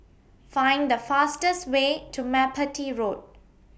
Find The fastest Way to Merpati Road